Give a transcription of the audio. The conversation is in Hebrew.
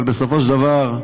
אבל בסופו של דבר,